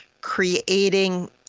creating